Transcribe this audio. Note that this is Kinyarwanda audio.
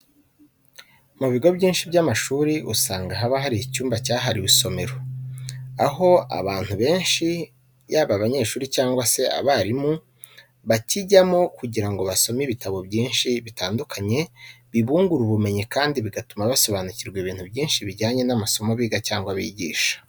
Mu bigo byinshi by'amashuri usanga haba hari icyumba cyahariwe isomero, aho abantu benshi yaba abanyeshuri cyangwa se abarimu bakijyamo kugira ngo basome ibitabo byinshi bitandukanye bibungura ubumenyi kandi bigatuma basobanukirwa ibintu byinshi bijyanye n'amasomo biga cyangwa bigisha.